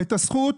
את הזכות,